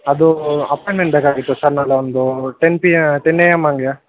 ಅದು ಅಪಾಯಿನ್ಮೆಂಟ್ ಬೇಕಾಗಿತ್ತು ಸರ್ ನಾಳೆ ಒಂದು ten P ten A M ಹಾಗೆ